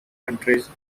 countries